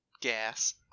gas